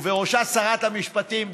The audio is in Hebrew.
ובראשה שרת המשפטים,